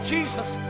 Jesus